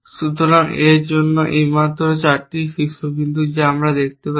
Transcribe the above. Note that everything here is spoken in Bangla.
সুতরাং A এর জন্য এই মাত্র 4 ধরনের শীর্ষবিন্দু যা আমরা দেখতে পাচ্ছি